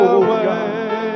away